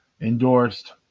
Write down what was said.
endorsed